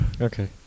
Okay